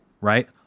right